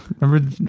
remember